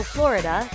Florida